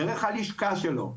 דרך הלשכה שלו,